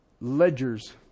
ledgers